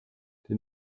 die